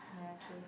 nature